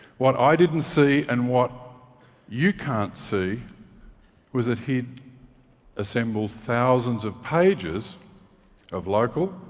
what i didn't see and what you can't see was that he'd assembled thousands of pages of local,